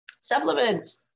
Supplements